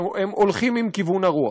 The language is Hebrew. שהם הולכים עם כיוון הרוח.